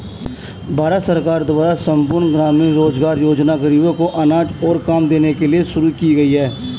भारत सरकार द्वारा संपूर्ण ग्रामीण रोजगार योजना ग़रीबों को अनाज और काम देने के लिए शुरू की गई है